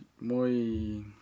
Muy